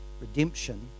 redemption